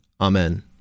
Amen